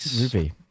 Ruby